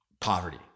poverty